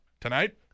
tonight